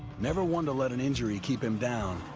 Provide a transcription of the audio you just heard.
never one to let an injury keep him down,